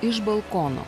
iš balkono